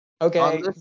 Okay